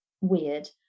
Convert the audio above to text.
weird